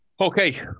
okay